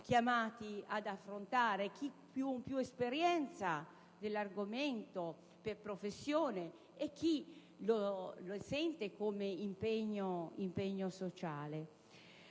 chiamati ad affrontare, chi con più esperienza sull'argomento per professione e chi perché lo sente come impegno sociale.